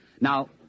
Now